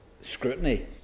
scrutiny